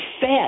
fed